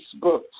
Facebook